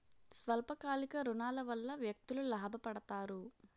స్వల్ప కాలిక ఋణాల వల్ల వ్యక్తులు లాభ పడతారు